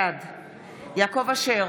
בעד יעקב אשר,